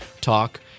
Talk